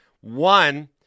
One